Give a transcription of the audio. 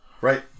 Right